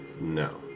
No